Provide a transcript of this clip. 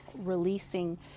releasing